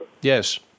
Yes